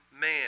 man